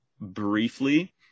briefly